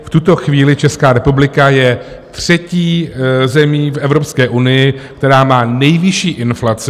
V tuto chvíli Česká republika je třetí zemí v Evropské unii, která má nejvyšší inflaci.